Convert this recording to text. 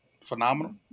phenomenal